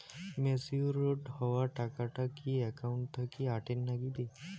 Matured হওয়া টাকাটা কি একাউন্ট থাকি অটের নাগিবে?